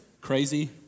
crazy